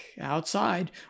outside